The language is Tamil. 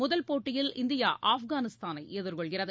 முதல் போட்டியில் இந்தியா ஆப்கானிஸ்தானை எதிர்கொள்கிறது